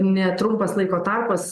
netrumpas laiko tarpas